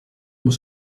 was